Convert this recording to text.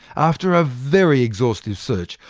after a very exhaustive search,